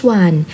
one